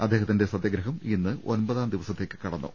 അദ്ദേ ഹത്തിന്റെ സത്യഗ്രഹം ഇന്ന് ഒമ്പതാം ദിവസത്തേക്ക് കടന്നു